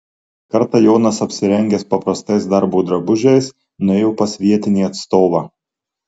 kartą jonas apsirengęs paprastais darbo drabužiais nuėjo pas vietinį atstovą